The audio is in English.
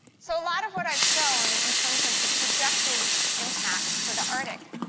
so a lot of what i have shown in terms of the projected impacts for the arctic